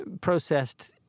processed